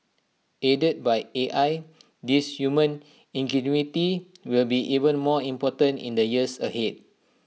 aided by A I this human ingenuity will be even more important in the years ahead